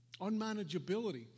Unmanageability